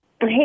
Hey